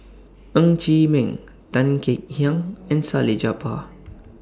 Ng Chee Meng Tan Kek Hiang and Salleh Japar